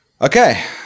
okay